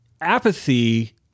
apathy